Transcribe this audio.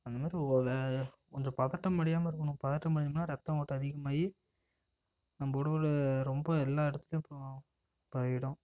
அந்த மாதிரி கொஞ்சம் பதட்டம் அடையாமல் இருக்கணும் பதட்டம் அடைந்தமுன்னா ரத்த ஓட்டம் அதிகமாகி நம்ம உடல்ல ரொம்ப எல்லா இடத்துளியும் அப்புறோம் பரவிடும்